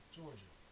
Georgia